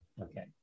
Okay